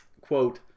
quote